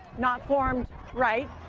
not formed right,